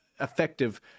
effective